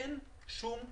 אין שום נתון.